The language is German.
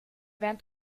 werden